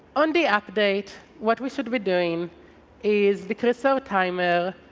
on the app date what we should be doing is decrease our timer